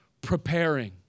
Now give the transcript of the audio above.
preparing